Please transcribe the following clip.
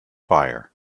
fire